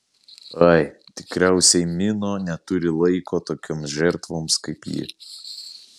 ai tikriausiai mino neturi laiko tokioms žertvoms kaip ji